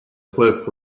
cliff